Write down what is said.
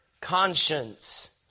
conscience